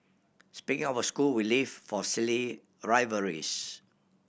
speaking of a school we live for silly a rivalries